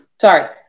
Sorry